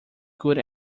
could